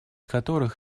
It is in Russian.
которых